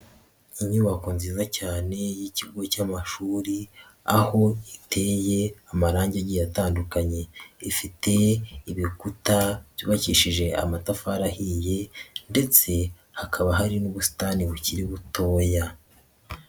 Inyubako nziza cyane y'ikigo cy'amashuri aho iteye amarangi atandukanye, ifite ibikuta byubakishije amatafari ahiye ndetse hakaba hari n'ubusitani bukiri butoya.